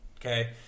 okay